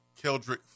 Keldrick